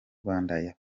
rwanda